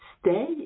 stay